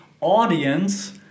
audience